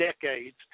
decades